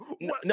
No